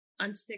unstick